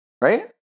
right